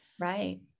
Right